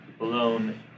alone